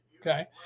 Okay